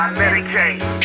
medicate